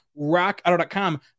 RockAuto.com